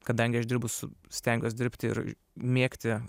kadangi aš dirbu su stengiuos dirbti ir mėgti